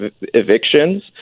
evictions